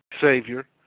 Savior